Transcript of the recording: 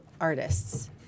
artists